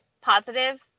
positive